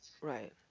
Right